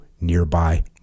nearby